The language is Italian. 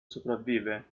sopravvive